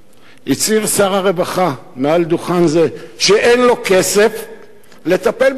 הצהיר שר הרווחה מעל דוכן זה שאין לו כסף לטפל באסירים.